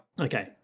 Okay